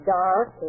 dark